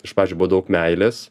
iš pradžių buvo daug meilės